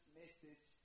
message